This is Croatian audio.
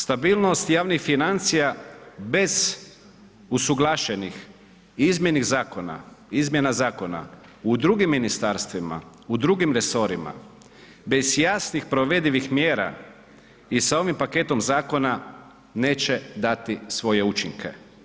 Stabilnost javnih financija bez usuglašenih izmjena zakona u drugim ministarstvima, u drugim resorima bez jasnih provedivih mjera i sa ovim paketom zakona neće dati svoje učinke.